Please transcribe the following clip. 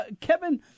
Kevin